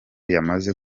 yamaze